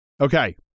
Okay